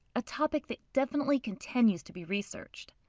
a topic that definitely continues to be researched.